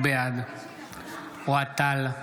בעד אוהד טל,